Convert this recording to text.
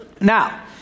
Now